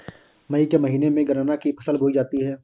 मई के महीने में गन्ना की फसल बोई जाती है